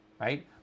right